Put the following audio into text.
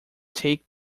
take